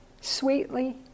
sweetly